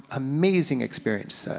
amazing experience.